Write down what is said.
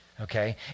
Okay